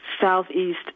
southeast